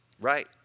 right